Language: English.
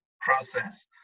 process